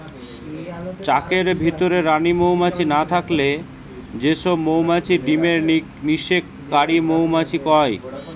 চাকের ভিতরে রানী মউমাছি না থাকলে যে সব মউমাছি ডিমের নিষেক কারি মউমাছি কয়